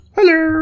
Hello